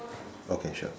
okay sure